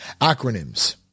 Acronyms